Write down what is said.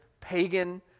pagan